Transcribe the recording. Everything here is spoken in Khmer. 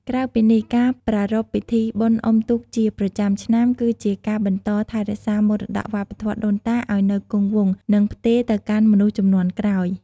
ក្រៅពីនេះការប្រារព្ធពិធីបុណ្យអុំទូកជាប្រចាំឆ្នាំ គឺជាការបន្តថែរក្សាមរតកវប្បធម៌ដូនតាឱ្យនៅគង់វង្ស និងផ្ទេរទៅកាន់មនុស្សជំនាន់ក្រោយ។